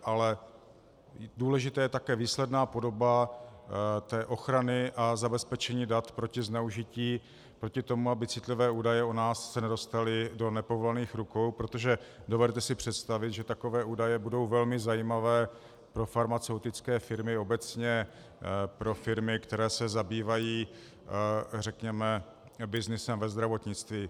Ale důležitá je také výsledná podoba ochrany a zabezpečení dat proti zneužití, proti tomu, aby se citlivé údaje o nás nedostaly do nepovolaných rukou, protože dovedete si představit, že takové údaje budou velmi zajímavé pro farmaceutické firmy, obecně pro firmy, které se zabývají, řekněme, byznysem ve zdravotnictví.